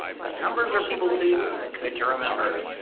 numbers are people too, good to remember.